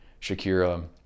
Shakira